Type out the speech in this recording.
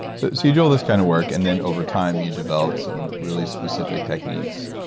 so you do all this kind of work, and then over time, you developed some really specific techniques.